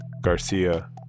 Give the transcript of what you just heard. Garcia